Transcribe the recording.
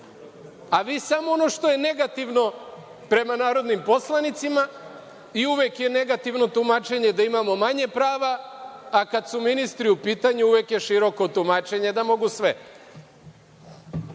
vi samo ono što je negativno prema narodnim poslanicima i uvek je negativno tumačenje da imamo manje prava, a kad su ministri u pitanju uvek je široko tumačenje da mogu sve.